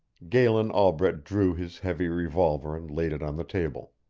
galen albret drew his heavy revolver and laid it on the table.